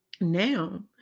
now